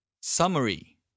Summary